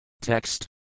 Text